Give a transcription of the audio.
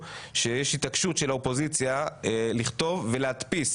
ראתה לנכון היועצת המשפטית לכנסת להוציא